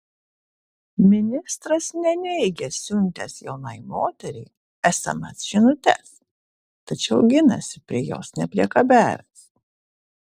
ministras neneigia siuntęs jaunai moteriai sms žinutes tačiau ginasi prie jos nepriekabiavęs